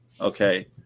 Okay